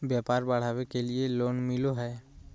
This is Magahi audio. व्यापार बढ़ावे के लिए लोन मिलो है?